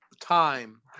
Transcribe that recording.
time